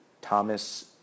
Thomas